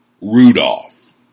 Rudolph